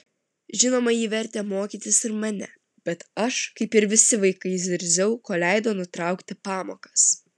žinoma ji vertė mokytis ir mane bet aš kaip ir visi vaikai zirziau kol leido nutraukti pamokas